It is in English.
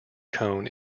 cone